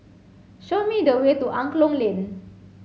show me the way to Angklong Lane